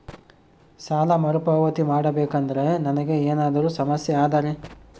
ಸಾಲ ಮರುಪಾವತಿ ಮಾಡಬೇಕಂದ್ರ ನನಗೆ ಏನಾದರೂ ಸಮಸ್ಯೆ ಆದರೆ?